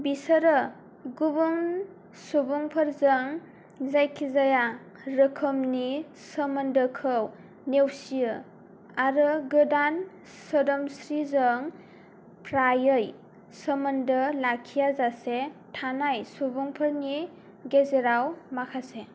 बिसोरो गुबुन सुबुंफोरजों जायखिजाया रोखोमनि सोमोन्दोखौ नेवसियो आरो गोदान सोदोमस्रीजों प्रायै सोमोन्दो लाखियाजासे थानाय सुबुंफोरनि गेजेराव माखासे